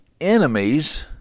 enemies